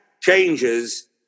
changes